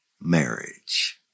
marriage